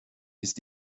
ist